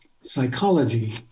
psychology